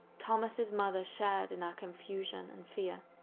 thomas' mother shared in our confusion and fear.